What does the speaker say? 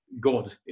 God